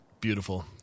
beautiful